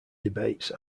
debates